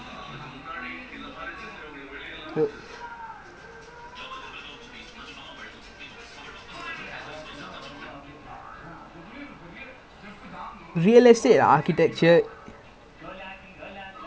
and I'm not in-law also honestly the architecture quite architecture or real estate not bad lah but also as I said no background lah because sometime is like quite nice to you know like when you watch some videos of like the houses right how they build the interior and stuff